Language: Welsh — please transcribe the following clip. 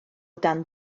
dan